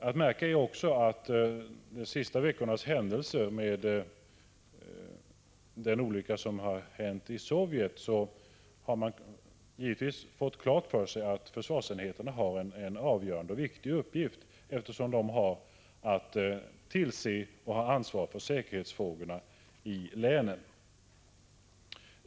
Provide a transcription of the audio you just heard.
Att märka är också att efter de senaste veckornas händelser, som inleddes med olyckan i Sovjet, har man givetvis fått klart för sig att försvarsenheterna har en viktig och avgörande uppgift — att ha ansvar för säkerhetsfrågorna i länet.